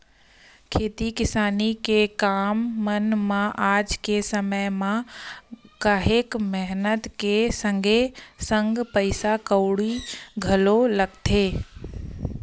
खेती किसानी के काम मन म आज के समे म काहेक मेहनत के संगे संग पइसा कउड़ी घलो लगथे